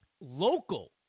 local